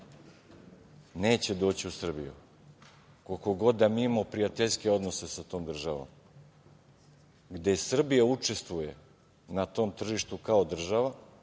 neće doći u Srbiju koliko god da mi imamo prijateljski odnos sa tom državom, gde Srbija učestvuje na tom tržištu kao država